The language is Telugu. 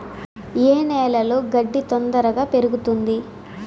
ఏ నేలలో గడ్డి తొందరగా పెరుగుతుంది